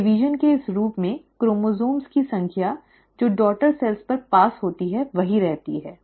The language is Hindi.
कोशिका विभाजन के इस रूप में क्रोमोसोम्स की संख्या जो डॉटर सेल्स पर पारित होती है वही रहती है